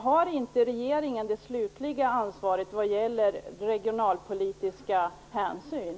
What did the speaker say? Har inte regeringen det slutliga ansvaret vad gäller regionalpolitiska hänsyn?